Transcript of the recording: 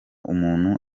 umuntu